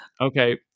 Okay